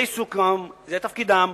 זה עיסוקם, זה תפקידם.